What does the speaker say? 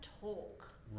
talk